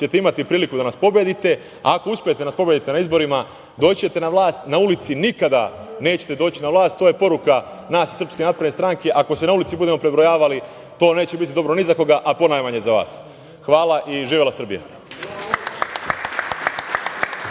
ćete imati priliku da nas pobedite, a ako uspete da nas pobedite na izborima doći ćete na vlast, na ulici nikada nećete doći na vlast, to je poruka nas SNS. Ako se na ulici budemo prebrojavali, to vam neće biti dobro ni za koga, a ponajmanje za vas. Hvala. Živela Srbija.